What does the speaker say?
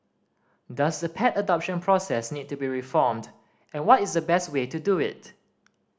does the pet adoption process need to be reformed and what is the best way to do it